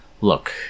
Look